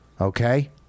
Okay